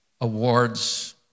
awards